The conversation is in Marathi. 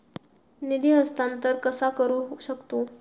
निधी हस्तांतर कसा करू शकतू?